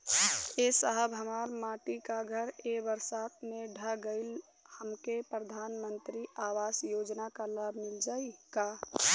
ए साहब हमार माटी क घर ए बरसात मे ढह गईल हमके प्रधानमंत्री आवास योजना क लाभ मिल जाई का?